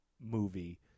movie